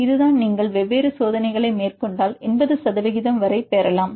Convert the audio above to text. இதுதான் நீங்கள் வெவ்வேறு சோதனைகளை மேற்கொண்டால் 80 சதவிகிதம் வரை பெறலாம்